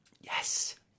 yes